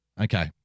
Okay